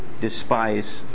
despise